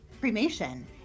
Cremation